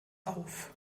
auf